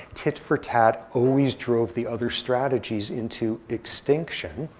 tit for tat always drove the other strategies into extinction.